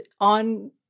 on